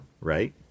Right